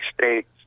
states